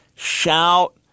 shout